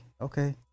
Okay